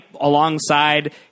alongside